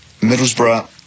Middlesbrough